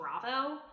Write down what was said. Bravo